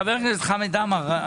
חבר הכנסת חמד עמאר.